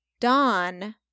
Dawn